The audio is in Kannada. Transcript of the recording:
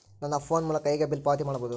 ನನ್ನ ಫೋನ್ ಮೂಲಕ ಹೇಗೆ ಬಿಲ್ ಪಾವತಿ ಮಾಡಬಹುದು?